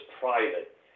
private